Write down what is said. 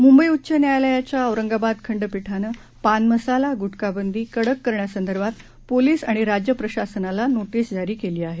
मुंबईउच्चन्यायालयाच्याऔरंगाबादखंडपीठानंपानमसाला गुटखाबंदीकडककरण्यासंदर्भातपोलीसआणिराज्यप्रशासनालानोटीसजारीकेलीआहे